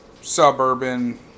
suburban